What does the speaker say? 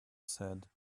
said